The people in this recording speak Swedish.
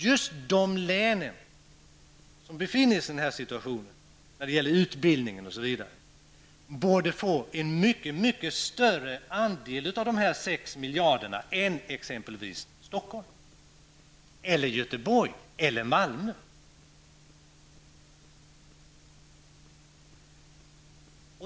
Just de län som har den här utbildningssituationen borde få en mycket större andel av de sex miljarderna än exempelvis Stockholm, Göteborg eller Malmö.